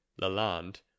Lalande